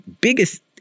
biggest